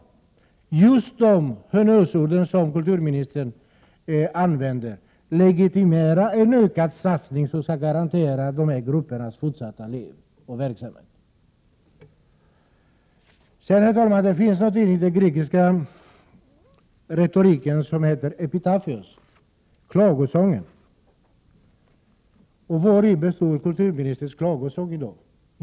Just de honnörsord som kulturministern använder legitimerar en ökad satsning som kan garantera de här gruppernas fortlevnad och verksamhet. Herr talman! Det finns något i den grekiska retoriken som heter epitafios, klagosången. Vari består kulturministerns klagosång i dag?